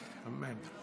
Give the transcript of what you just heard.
אמן.